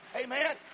Amen